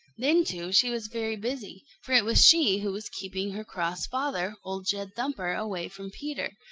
then, too, she was very busy, for it was she who was keeping her cross father, old jed thumper, away from peter,